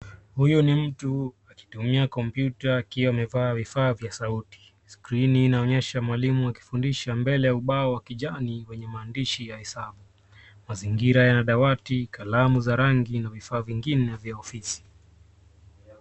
Huyu ni mtu akitumia kompyuta akiwa amevaa vifaa vya sauti. Skrini inayoonyesha mwalimu akifundisha mbele ya ubao wa kijani wenye maandishi ya hesabu. Mazingira yana dawati, kalamu za rangi na vitu vingine vya ofisi.